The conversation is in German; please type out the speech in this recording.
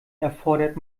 erfordert